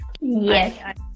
Yes